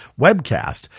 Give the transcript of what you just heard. webcast